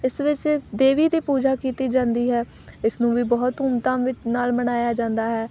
ਇਸ ਵਿੱਚ ਦੇਵੀ ਦੀ ਪੂਜਾ ਕੀਤੀ ਜਾਂਦੀ ਹੈ ਇਸ ਨੂੰ ਵੀ ਬਹੁਤ ਧੂਮ ਧਾਮ ਵਿ ਨਾਲ ਮਨਾਇਆ ਜਾਂਦਾ ਹੈ